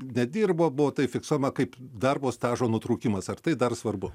nedirbo buvo tai fiksuojama kaip darbo stažo nutrūkimas ar tai dar svarbu